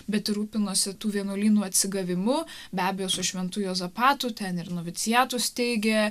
bet ir rūpinosi tų vienuolynų atsigavimu be abejo su šventu juozapatu ten ir noviciatus steigė